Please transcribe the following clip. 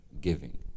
Giving